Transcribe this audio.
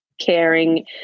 caring